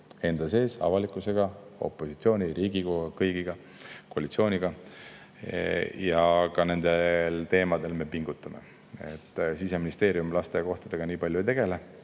[omavahel], avalikkusega, opositsiooni ja Riigikoguga, kõigiga, ka koalitsiooniga. Ka nendel teemadel me pingutame. Siseministeerium lasteaiakohtadega nii palju ei tegele,